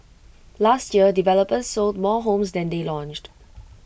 last year developers sold more homes than they launched